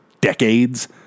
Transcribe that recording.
decades